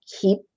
keep